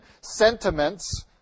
sentiments